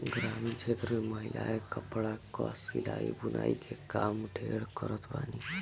ग्रामीण क्षेत्र में महिलायें कपड़ा कअ सिलाई बुनाई के काम ढेर करत बानी